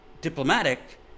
diplomatic